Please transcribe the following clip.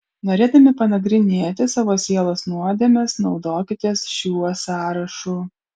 norėdami panagrinėti savo sielos nuodėmes naudokitės šiuo sąrašu